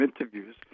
interviews